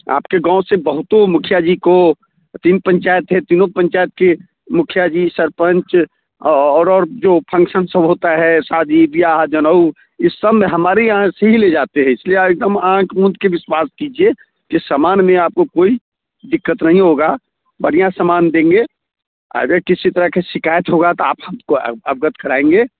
आपके गाँव से बहुतों मुखिया जी को तीन पंचायत हैं तीनों पंचायत के मुखिया जी सरपंच और और जो फंक्सन सब होता है शादी ब्याह जनऊँ यह सब में हमारे यहाँ से ही ले जाते हैं इसलिए आप एक दम आँख मूँद कर विश्वास कीजिए कि सामान में आपको कोई दिक्कत नहीं होगा बढ़िया सामान देंगे अगर किसी तरह का शिकायत होगा तो आप हमको अव अवगत कराएँगे